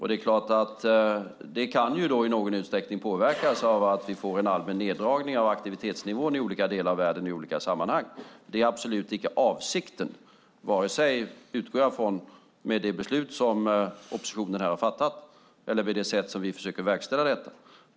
Det här kan påverkas av att vi får en allmän neddragning av aktivitetsnivån i olika delar av världen i olika sammanhang. Det är absolut icke avsikten med vare sig det beslut oppositionen har fattat eller med det sätt som vi försöker verkställa detta.